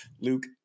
Luke